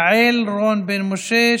יעל רון בן משה,